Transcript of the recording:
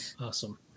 Awesome